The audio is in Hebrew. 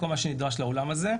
כל מה שנדרש לעולם הזה.